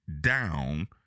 down